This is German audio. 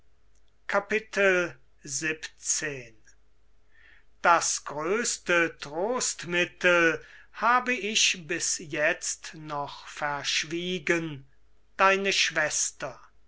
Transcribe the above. x das größte trostmittel habe ich bis jetzt noch verschwiegen deine schwester